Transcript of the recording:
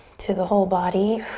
to the whole body?